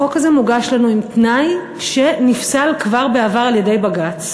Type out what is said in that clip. החוק הזה מוגש לנו עם תנאי שנפסל כבר בעבר על-ידי בג"ץ.